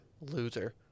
Loser